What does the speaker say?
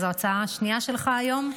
זו ההצעה השנייה שלך היום,